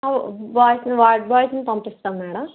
వా వార్డ్ బాయ్స్ని పంపిస్తాం మేడం